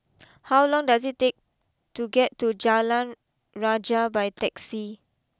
how long does it take to get to Jalan Rajah by taxi